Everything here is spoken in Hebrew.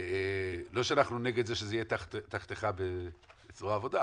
לא שאנחנו נגד זה שזה יהיה תחתיך בזרוע העבודה,